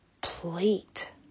plate